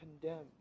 condemned